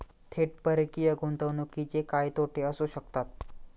थेट परकीय गुंतवणुकीचे काय तोटे असू शकतात?